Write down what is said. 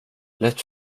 lätt